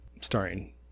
starring